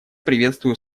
приветствую